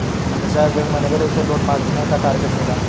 अमीषा एक bank manager है जिसे लोन बांटने का टारगेट मिला